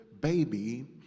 baby